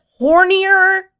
hornier